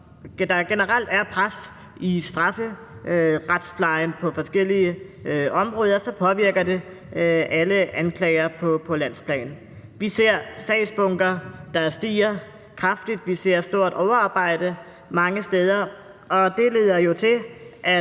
der generelt er pres i strafferetsplejen på forskellige områder, så påvirker det alle anklager på landsplan. Vi ser sagsbunker, der vokser kraftigt. Vi ser et stort overarbejde mange steder. Og det leder jo frem